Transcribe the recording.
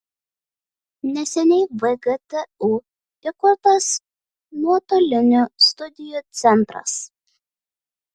neseniai vgtu įkurtas nuotolinių studijų centras